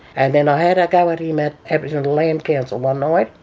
and then i had a go at him at aboriginal land council one night.